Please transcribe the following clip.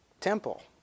temple